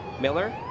Miller